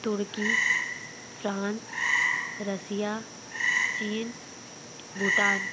turkey France Russia China Bhutan